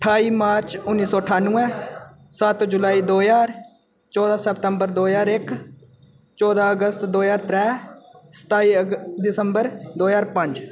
ठाई मार्च उन्नी सौ ठानुऐ सत्त जुलाई दो ज्हार चौदां सतंबर दो ज्हार इक चौदां अगस्त दो ज्हार त्रै सताई अग दिसंबर दो ज्हार पंज